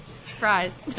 Surprise